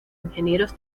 ingenieros